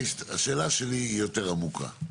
השאלה שלי היא יותר עמוקה.